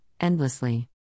endlessly